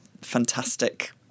fantastic